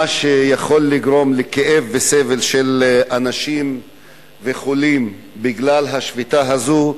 מה שיכול לגרום לכאב וסבל של אנשים וחולים בגלל השביתה הזאת,